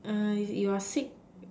you're sick